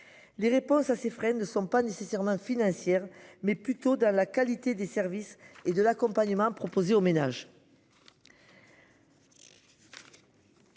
Les réponses à ces frais ne sont pas nécessairement financière mais plutôt dans la qualité des services et de l'accompagnement proposé aux ménages.